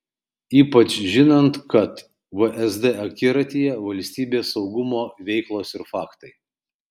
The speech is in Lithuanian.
ypač žinant kad vsd akiratyje valstybės saugumo veiklos ir faktai